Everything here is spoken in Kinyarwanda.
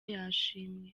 yashimwe